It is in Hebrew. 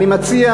אני מציע